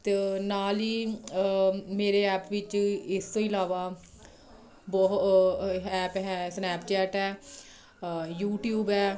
ਅਤੇ ਨਾਲ ਹੀ ਮੇਰੇ ਐਪ ਵਿੱਚ ਇਸ ਤੋਂ ਇਲਾਵਾ ਬਹੁਤ ਐਪ ਹੈ ਸਨੈਪਚੈਟ ਹੈ ਯੂਟਿਊਬ ਹੈ